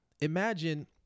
imagine